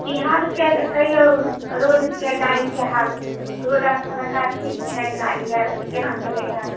बिहारके कहिऔ रोडके गाड़ीकेँ हाल रोड आर सड़क आर ठीक छै गाड़ी आर केना चलैत हए